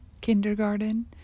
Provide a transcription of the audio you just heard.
kindergarten